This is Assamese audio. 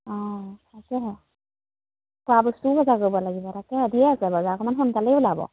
অ তাকেহে খোৱা বস্তু বজাৰ কৰিব লাগিব আছে বজাৰ অকণমান সোনকালে ওলাব